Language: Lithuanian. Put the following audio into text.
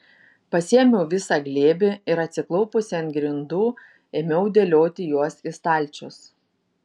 pasiėmiau visą glėbį ir atsiklaupusi ant grindų ėmiau dėlioti juos į stalčius